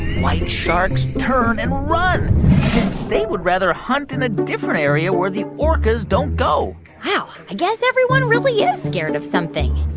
white sharks turn and run because they would rather hunt in a different area where the orcas don't go wow. i guess everyone really is scared of something,